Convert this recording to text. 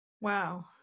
Wow